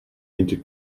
into